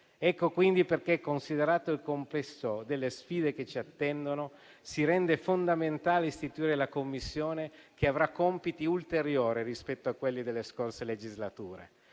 Per questo, dunque, considerato il complesso delle sfide che ci attendono, si rende fondamentale istituire la Commissione, che avrà compiti ulteriori rispetto a quelli delle scorse legislature.